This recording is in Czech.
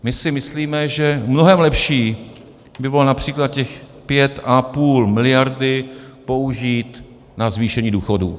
My si myslíme, že mnohem lepší by bylo například těch 5,5 mld. použít na zvýšení důchodů.